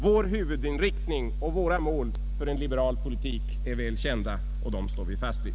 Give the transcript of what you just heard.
Vår huvudinriktning och våra mål för en liberal politik är väl kända; dem står vi fast vid.